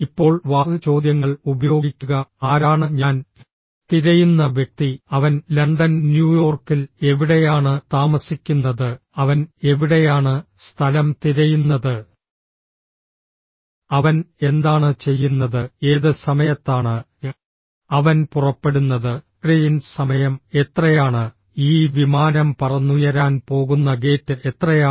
ഇപ്പോൾ WH ചോദ്യങ്ങൾ ഉപയോഗിക്കുക ആരാണ് ഞാൻ തിരയുന്ന വ്യക്തി അവൻ ലണ്ടൻ ന്യൂയോർക്കിൽ എവിടെയാണ് താമസിക്കുന്നത് അവൻ എവിടെയാണ് സ്ഥലം തിരയുന്നത് അവൻ എന്താണ് ചെയ്യുന്നത് ഏത് സമയത്താണ് അവൻ പുറപ്പെടുന്നത് ട്രെയിൻ സമയം എത്രയാണ് ഈ വിമാനം പറന്നുയരാൻ പോകുന്ന ഗേറ്റ് എത്രയാണ്